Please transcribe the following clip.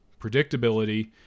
predictability